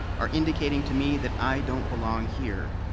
are indicatinging to me that i don't belong here.